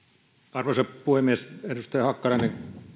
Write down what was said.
arvoisa puhemies edustaja hakkarainen